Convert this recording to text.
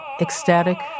ecstatic